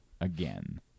again